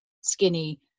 skinny